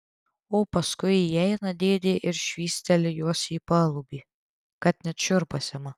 o paskui įeina dėdė ir švysteli juos į palubį kad net šiurpas ima